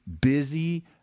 busy